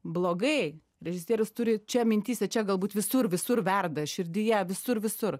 blogai režisierius turi čia mintyse čia galbūt visur visur verda širdyje visur visur